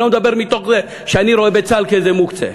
אני לא מדבר על צה"ל מתוך זה שאני רואה בצה"ל איזה מוקצה.